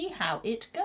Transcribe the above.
SeeHowItGoes